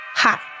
Hi